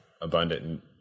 abundant